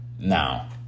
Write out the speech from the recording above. Now